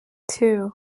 two